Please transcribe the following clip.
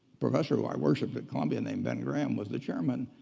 professor who i worshiped at columbia named ben graham was the chairman.